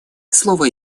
слово